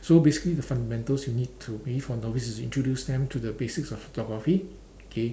so basically the fundamentals you need to for novice is introduce them to the basics of photography okay